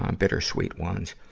um bittersweet ones.